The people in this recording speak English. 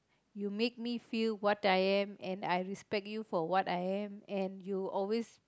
you make me feel what I am and I respect you for what I am and you always